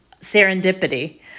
serendipity